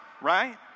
right